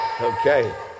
Okay